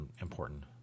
important